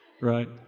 right